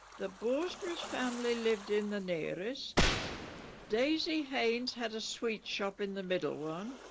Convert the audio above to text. the borsberry family lived in the nearest daisy haynes had a sweet shop in the middle one.